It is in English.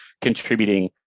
contributing